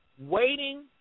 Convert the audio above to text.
waiting